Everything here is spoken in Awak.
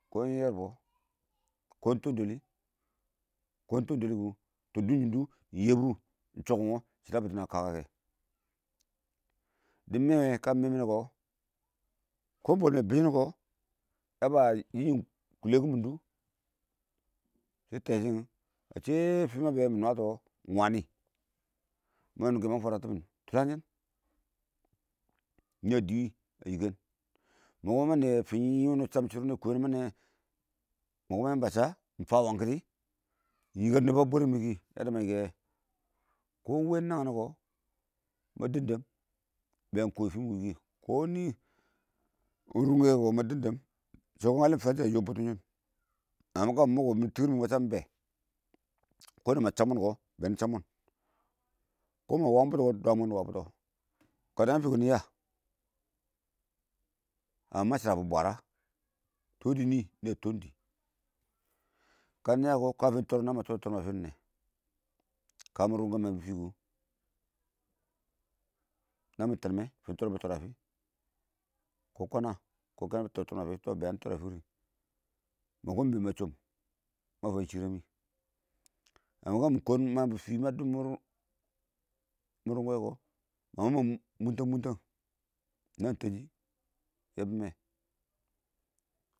kɔn iɪng shɔlengi kʊ dʊn shɪn dʊ iɪng yɛbʊ shɪda bɪttin a kəkə kɛ dɪn mɛ wɛ kə mɪ mɛ wɛkɔ kɔ mwɛl mɛ bɪsshɪn kɔ yaba fankuwɪ fankuwɪ kulekun mɪn dʊ shɪ tɛɛ shɪt a shɛ fɪ ma bɛ wɛ fɪn sgʊ iɪng wanɪ ma nung kɪ yɛ ma fwara timɪn tʊlang shɪn kɪwɪɪn dɪ wɪɪn a yɪken wɪɪnnɪ ma naiyɛ fun fankuwɪ wʊnɪ wɛ wɪɪnnɪ ma naiyɪ mɪna cham shɪr wʊnɪ ma neiye wɛ ma fwara timɪn mɔ kɪddɪ yamba a sha iɪng fan wangɪn iɪng yɪker nɪba bwɛrəmɛ kɪ naan ma yɪker yɪ wɪɪn kɔ wɛ nangin nɛ kɔ ma dɛb dɛb, bɛ ko. wɪɪn fɪ mɪ wɪɪnkɪ kɔ iɪng runkʊ wɛ kɔ ma dɛb dɛb shɛdɛ ngalin shɛ a yɔb shɔ kəshɪ iɪngms kɔ dɪ tikɪr ma nabbʊ mɪn be kɔ da mɪ cham mɔn kɔ bɛnɪ cham kɛ ma wa bʊtʊ kɔ dwa mwɛ iɪng wa bʊttʊ kə daan iɪng fɪ kɔ nɪya kɔn ma shɪrabʊ bwara, tɔɔ dɪ nɪ a tɔɔn dɪ kənɪya kɔ kə mɪ nwa brim kɔ tɔr tɔrim a fɪnds kəmɪ ronkʊ wɛ ma fankuwɪbʊ fɪkʊ namɪ tɛn mɛ bɪtər tərim a fɪkɔ kəna kəbɪ tər tərim a fɪ namɪ bɛ yanɪ tor fɪrim ma been ina shəm ma fanm shɪre mɪ kə mɪ kwan ma dʊm fɪ timmɛn rʊkkʊ wɛ kɔ ma mangin mangim mʊn tang muntang naan tɛɛn shɪ. yɛ bɪ mɛ